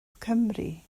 cymru